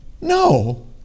No